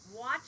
watch